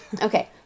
Okay